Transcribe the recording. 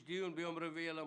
יש דיון ביום רביעי.